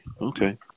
Okay